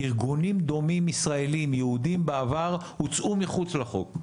ארגונים דומים ישראלים יהודים בעבר הוצאו מחוץ לחוק,